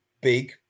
big